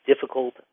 difficult